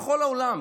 בכל העולם,